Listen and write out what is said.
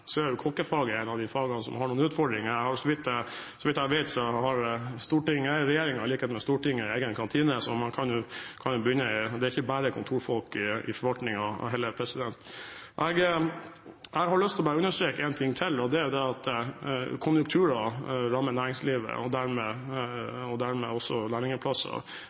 Så vidt jeg vet har regjeringen – i likhet med Stortinget – egen kantine, så det er jo ikke bare kontorfolk i forvaltningen heller. Jeg har lyst til å understreke én ting til, og det er at konjunkturer mange ganger rammer næringslivet kraftig, og dermed også